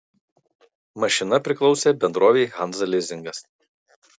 mašina priklausė bendrovei hansa lizingas